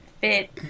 fit